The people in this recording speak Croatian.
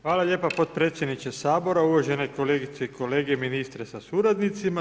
Hvala lijepa podpredsjedniče Sabora, uvažene kolegice i kolege, ministre sa suradnicima.